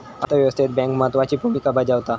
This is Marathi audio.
अर्थ व्यवस्थेत बँक महत्त्वाची भूमिका बजावता